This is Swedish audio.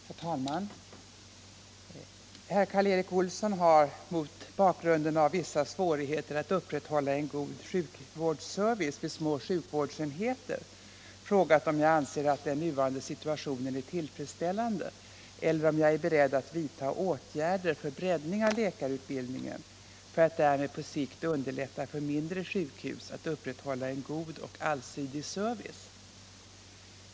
Herr talman! Karl Erik Olsson har —- mot bakgrunden av vissa svårigheter att upprätthålla en god sjukvårdsservice vid små sjukvårdsenheter — frågat om jag anser att den nuvarande situationen är tillfredsställande eller om jag är beredd att vidta åtgärder för breddning av läkarutbildningen för att därmed på sikt underlätta för mindre sjukhus att upprätthålla en god och allsidig service.